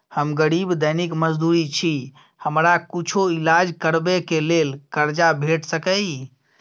हम गरीब दैनिक मजदूर छी, हमरा कुछो ईलाज करबै के लेल कर्जा भेट सकै इ?